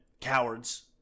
cowards